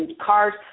cars